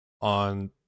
on